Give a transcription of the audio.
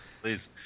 please